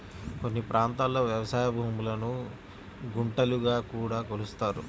కొన్ని ప్రాంతాల్లో వ్యవసాయ భూములను గుంటలుగా కూడా కొలుస్తారు